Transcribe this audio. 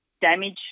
damage